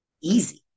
easy